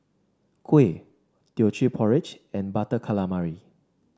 kuih Teochew Porridge and Butter Calamari